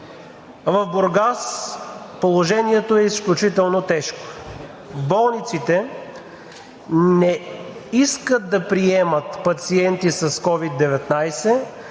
В Бургас положението е изключително тежко. В болниците не искат да приемат пациенти с COVID-19